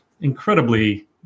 incredibly